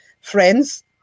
Friends